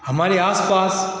हमारे आसपास